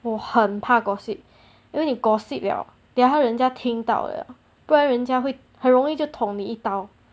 我很怕 gossip you know when you gossip liao then 让人家听到 ah 不然人家会很容易就捅你一刀